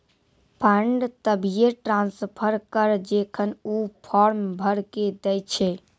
fund तभिये transfer करऽ जेखन ऊ फॉर्म भरऽ के दै छै